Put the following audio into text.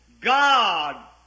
God